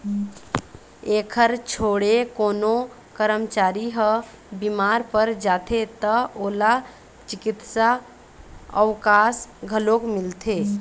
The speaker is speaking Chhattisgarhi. एखर छोड़े कोनो करमचारी ह बिमार पर जाथे त ओला चिकित्सा अवकास घलोक मिलथे